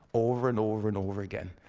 over, and over, and over, again.